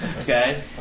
Okay